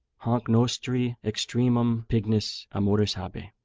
hanc nostri extremum pignus amoris habe.